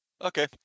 Okay